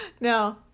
No